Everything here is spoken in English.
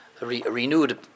renewed